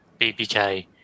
BPK